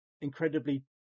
incredibly